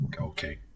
okay